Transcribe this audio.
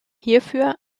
hierfür